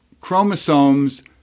chromosomes